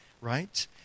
right